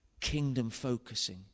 kingdom-focusing